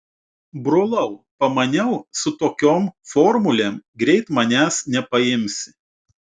brolau pamaniau su tokiom formulėm greit manęs nepaimsi